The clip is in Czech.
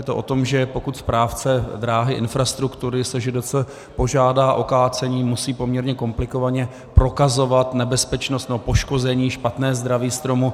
Je to o tom, že pokud správce dráhy, infrastruktury SŽDS požádá o kácení, musí poměrně komplikovaně prokazovat nebezpečnost nebo poškození, špatné zdraví stromu.